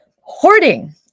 Hoarding